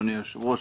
אדוני היושב-ראש,